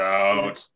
out